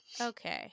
Okay